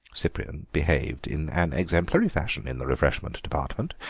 cyprian behaved in an exemplary fashion in the refreshment department,